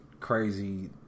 crazy